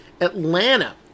Atlanta